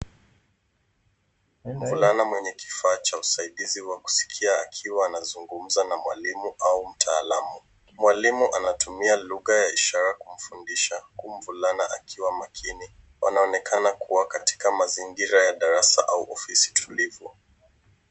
Mvulana mwenye kifaa cha usaidizi wa kusikia akiwa akizungumza na mwalimu au mtaalamu. Mwalimu anatumia lugha ya ishara kumfundisha huku mvulana akiwa makini. Wanaonekana kubwa katika mazingira ya darasa au ofisi tulivu.